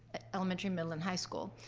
ah elementary, middle, and high school.